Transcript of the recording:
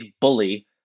bully